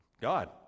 God